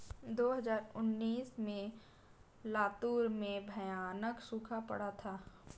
दो हज़ार उन्नीस में लातूर में भयानक सूखा पड़ा था